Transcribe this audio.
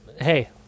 Hey